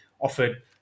offered